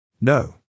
No